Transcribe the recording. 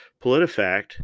PolitiFact